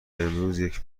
امروز